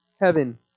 heaven